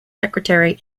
secretary